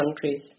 countries